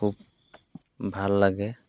খুব ভাল লাগে